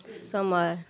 समय